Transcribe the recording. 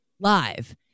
Live